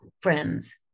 friends